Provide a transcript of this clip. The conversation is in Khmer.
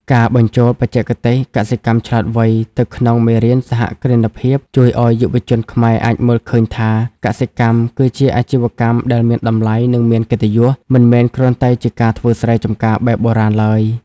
ការបញ្ចូលបច្ចេកទេស "កសិកម្មឆ្លាតវៃ" ទៅក្នុងមេរៀនសហគ្រិនភាព ជួយឱ្យយុវជនខ្មែរអាចមើលឃើញថា កសិកម្មគឺជាអាជីវកម្មដែលមានតម្លៃ និងមានកិត្តិយស មិនមែនគ្រាន់តែជាការធ្វើស្រែចម្ការបែបបុរាណឡើយ។